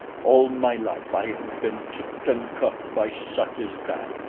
all my life i have been kicked and cuffed by such as that,